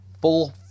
full